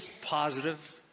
positive